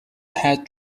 had